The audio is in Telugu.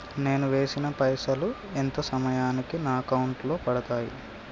నేను వేసిన పైసలు ఎంత సమయానికి నా అకౌంట్ లో పడతాయి?